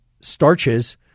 starches